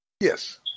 yes